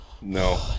No